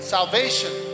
Salvation